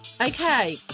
Okay